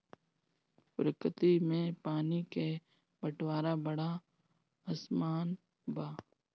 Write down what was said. प्रकृति में पानी क बंटवारा बड़ा असमान बा